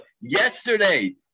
yesterday